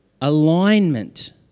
Alignment